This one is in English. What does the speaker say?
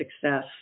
success